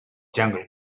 jungle